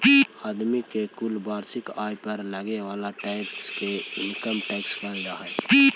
आदमी के कुल वार्षिक आय पर लगे वाला टैक्स के इनकम टैक्स कहल जा हई